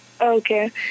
okay